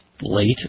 late